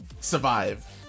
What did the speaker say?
survive